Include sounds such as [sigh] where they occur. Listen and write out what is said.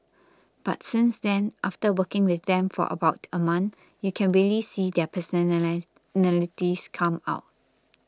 but since then after working with them for about a month you can really see their person [unintelligible] come out